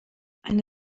eine